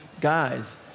guys